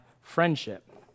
friendship